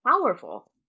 powerful